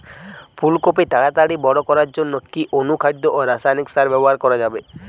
ফুল কপি তাড়াতাড়ি বড় করার জন্য কি অনুখাদ্য ও রাসায়নিক সার ব্যবহার করা যাবে?